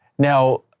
Now